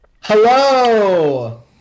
Hello